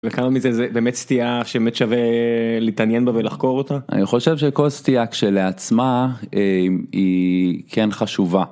וכמה מזה זה באמת סטייה שבאמת שווה להתעניין בה ולחקור אותה, אני חושב שכל סטייה כשלעצמה היא כן חשובה.